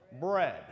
Bread